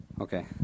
Okay